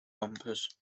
bumpers